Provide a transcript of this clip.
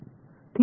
மாணவர் சரி